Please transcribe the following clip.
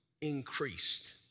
increased